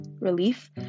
relief